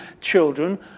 children